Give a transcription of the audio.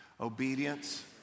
Obedience